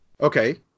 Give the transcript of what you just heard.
Okay